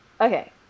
Okay